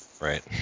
right